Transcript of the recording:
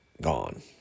gone